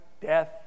death